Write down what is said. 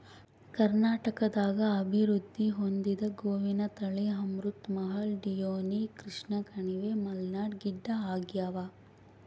ಕರ್ನಾಟಕದಾಗ ಅಭಿವೃದ್ಧಿ ಹೊಂದಿದ ಗೋವಿನ ತಳಿ ಅಮೃತ್ ಮಹಲ್ ಡಿಯೋನಿ ಕೃಷ್ಣಕಣಿವೆ ಮಲ್ನಾಡ್ ಗಿಡ್ಡಆಗ್ಯಾವ